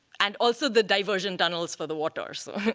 and also the diversion tunnels for the water. so